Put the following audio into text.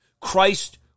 Christ